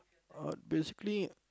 uh basically